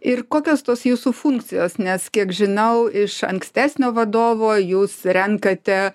ir kokios tos jūsų funkcijos nes kiek žinau iš ankstesnio vadovo jūs renkate